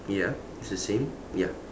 ya it's the same ya